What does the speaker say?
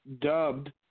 dubbed